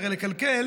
הרי לקלקל